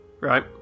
right